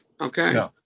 Okay